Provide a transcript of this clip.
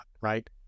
right